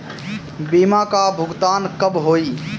बीमा का भुगतान कब होइ?